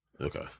Okay